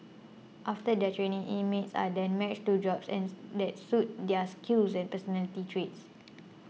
after their training inmates are then matched to jobs and that suit their skills and personality traits